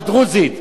הדרוזית,